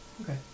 Okay